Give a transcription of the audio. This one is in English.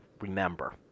remember